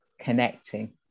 connecting